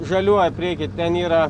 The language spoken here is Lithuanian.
žaliuoja prieky ten yra